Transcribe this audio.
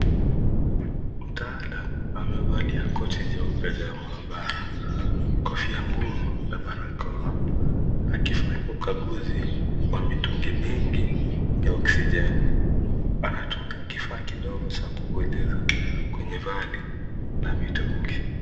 Mtaalam amevalia koti jeupe ya maabara, kofia ngumu na barakoa akifanya ukaguzi wa mitungi mingi ya oksijeni. Anatumia kifaa kidogo cha kupuliza kwenye vali ya mitungi.